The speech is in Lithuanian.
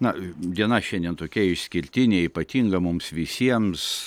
na diena šiandien tokia išskirtinė ypatinga mums visiems